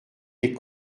des